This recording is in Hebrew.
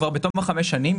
כבר בתום 5 שנים,